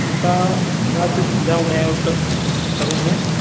उनका रात में इंतज़ाम उपलब्ध करूँ मैं